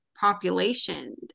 population